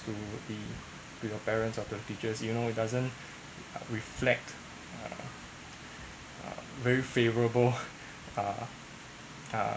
to the with your parents or the teachers you know it doesn't reflect err very favorable uh